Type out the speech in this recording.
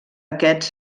aquests